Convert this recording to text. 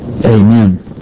Amen